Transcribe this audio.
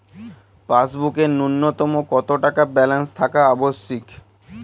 পাসবুকে ন্যুনতম কত টাকা ব্যালেন্স থাকা আবশ্যিক?